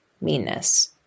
meanness